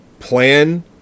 Plan